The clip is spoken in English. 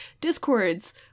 discords